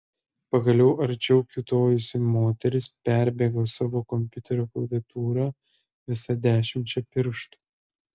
pagaliau arčiau kiūtojusi moteris perbėgo savo kompiuterio klaviatūrą visa dešimčia pirštų